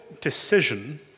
decision